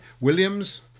Williams